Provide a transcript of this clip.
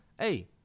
hey